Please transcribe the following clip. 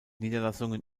niederlassungen